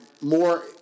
more